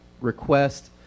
Request